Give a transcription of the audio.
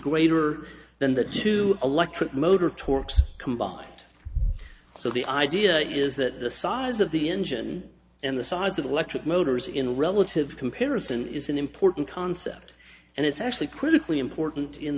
greater than the two electric motor torques combined so the idea is that the size of the engine and the size of electric motors in relative comparison is an important concept and it's actually critically important in